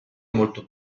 molto